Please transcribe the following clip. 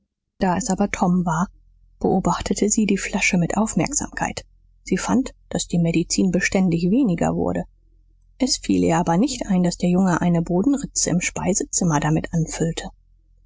da es aber tom war beobachtete sie die flasche mit aufmerksamkeit sie fand daß die medizin beständig weniger wurde es fiel ihr aber nicht ein daß der junge eine bodenritze im speisezimmer damit anfüllte